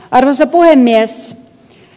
arvoisa puhemies